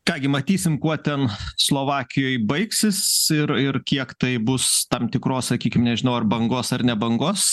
ką gi matysim kuo ten slovakijoj baigsis ir ir kiek tai bus tam tikros sakykim nežinau ar bangos ar ne bangos